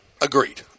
Agreed